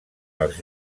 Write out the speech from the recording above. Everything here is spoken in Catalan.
els